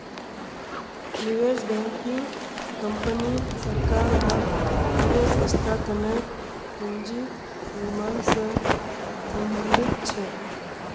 निवेश banking company सरकार आर अन्य संस्थार तने पूंजी निर्माण से संबंधित छे